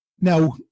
Now